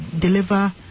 deliver